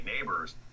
neighbors